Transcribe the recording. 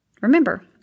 Remember